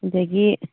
ꯑꯗꯒꯤ